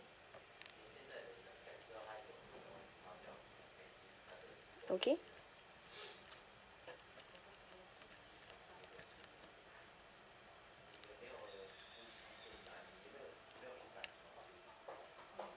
okay